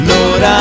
Lord